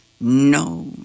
No